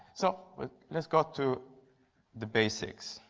so but let's go to the basics.